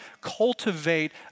cultivate